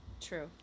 true